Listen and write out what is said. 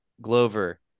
Glover